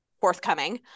forthcoming